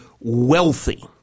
wealthy